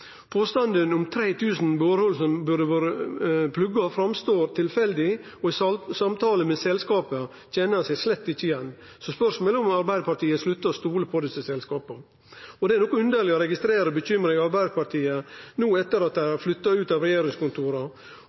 Påstanden om 3 000 borehol som burde vore plugga, står fram som tilfeldig, og i samtalar med selskapa kjenner ein seg slett ikkje igjen. Så spørsmålet er om Arbeidarpartiet sluttar å stole på desse selskapa. Det er noko underleg å registrere bekymringa i Arbeidarpartiet no etter at dei har flytta ut av regjeringskontora.